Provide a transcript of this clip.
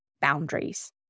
boundaries